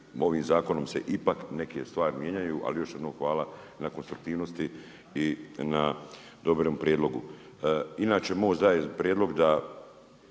ovim zakonom se ipak neke stvari mijenjaju, ali još jednom hvala na konstruktivnosti i na dobrom prijedlogu. Inače MOST daje prijedlog da